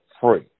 free